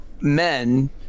men